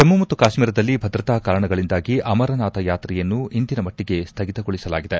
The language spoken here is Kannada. ಜಮ್ನು ಮತ್ತು ಕಾಶ್ಮೀರದಲ್ಲಿ ಭದ್ರತಾ ಕಾರಣಗಳಿಂದಾಗಿ ಅಮರನಾಥ ಯಾತ್ರೆಯನ್ನು ಇಂದಿನ ಮಟ್ಟಗೆ ಸ್ಟಗಿತಗೊಳಸಲಾಗಿದೆ